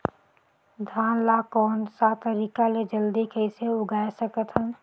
धान ला कोन सा तरीका ले जल्दी कइसे उगाय सकथन?